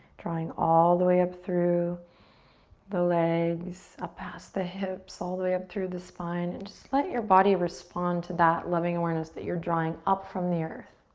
drawing all the way up through the legs, up past the hips, all the way up through the spine, and just let your body respond to that loving awareness that you're drawing up from the earth.